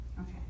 okay